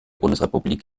bundesrepublik